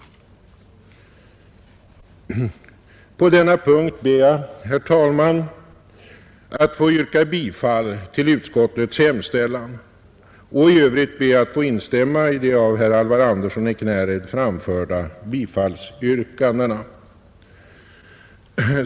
På denna punkt ber jag, herr talman, att få yrka bifall till utskottets hemställan. I övrigt ber jag att få instämma i de av herr Andersson i Knäred framförda bifallsyrkandena.